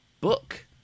book